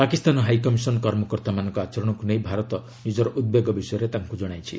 Pakistan high commission କର୍ମକର୍ତ୍ତାମାନଙ୍କ ଆଚରଣକୁ ନେଇ ଭାରତ ନିଜର ଉଦ୍ବେଗ ବିଷୟରେ ତାଙ୍କୁ ଜଣାଇଛି